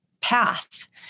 path